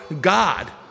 God